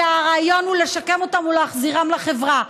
שהרעיון הוא לשקם אותם ולהחזירם לחברה,